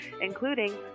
including